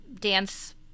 dance